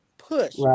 push